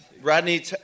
Rodney